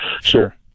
Sure